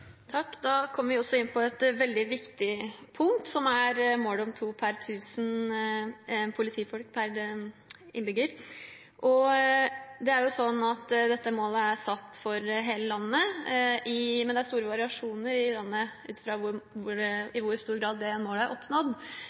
Da kom vi også inn på et annet veldig viktig punkt, som er målet om to politifolk per 1 000 innbyggere. Dette målet er satt for hele landet, men det er stor variasjon rundt omkring i landet, med tanke på i hvor stor grad det målet er oppnådd.